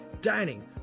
dining